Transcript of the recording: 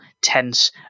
tense